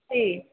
جی